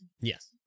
yes